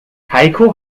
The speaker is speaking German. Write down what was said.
heiko